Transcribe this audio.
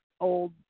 old